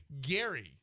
Gary